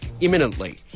imminently